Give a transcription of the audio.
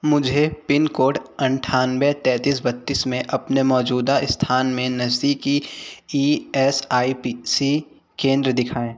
मुझे pin code नौ आठ तीन तीन तीन दो में अपने मौजूदा स्थान से नज़दीकी ई एस आई सी केंद्र दिखाएँ